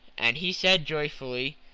and he said joyfully,